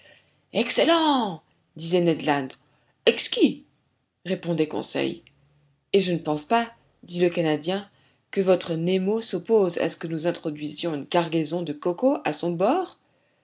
excellent disait ned land exquis répondait conseil et je ne pense pas dit le canadien que votre nemo s'oppose à ce que nous introduisions une cargaison de cocos à son bord